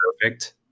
perfect